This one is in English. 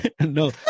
No